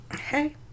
hey